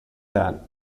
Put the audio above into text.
that